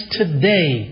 today